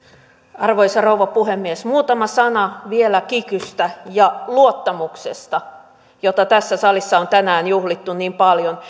arvoisa rouva puhemies muutama sana vielä kikystä ja luottamuksesta jota tässä salissa on tänään juhlittu niin paljon